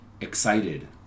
excited